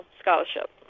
scholarship